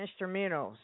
instrumentals